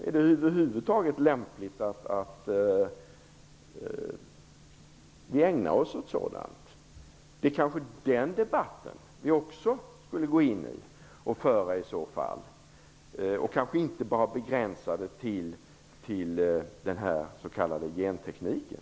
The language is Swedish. Är det över huvud taget lämpligt att vi ägnar oss åt sådant? Det är kanske den debatten vi i så fall borde föra, inte bara begränsa det till den s.k. gentekniken.